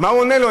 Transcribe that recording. מה הוא עונה לו?